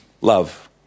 love